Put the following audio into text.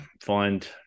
find